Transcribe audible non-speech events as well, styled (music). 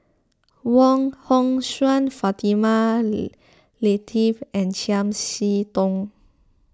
Wong Hong Suen Fatimah (unintelligible) Lateef and Chiam See Tong